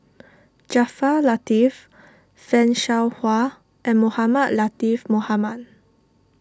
Jaafar Latiff Fan Shao Hua and Mohamed Latiff Mohamed